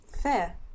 Fair